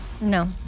No